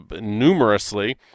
numerously